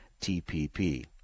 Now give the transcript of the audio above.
TPP